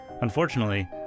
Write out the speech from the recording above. Unfortunately